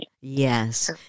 Yes